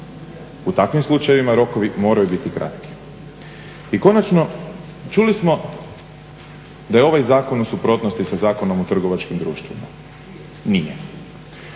U takvim slučajevima rokovi moraju biti kratki. I konačno, čuli smo da je ovaj zakon u suprotnosti sa Zakonom o trgovačkim društvima. Nije.